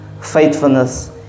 Faithfulness